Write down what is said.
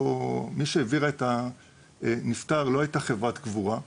מי שהעבירה את הנפטר לא הייתה חברת קבורה,